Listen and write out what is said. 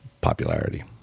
popularity